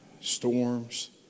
storms